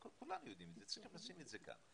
כולם יודעים את זה, צריך לשים את זה כאן.